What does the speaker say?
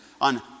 on